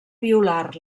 violar